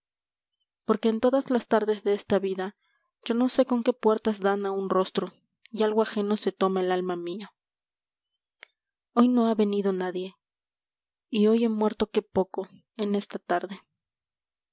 porque en todas las tardes de esta vida yo no sé con qué puertas dan a un rostro y algo ajeno se toma el alma mía hoy no ha venido nadie y hoy he muerto qué poco en esta tarde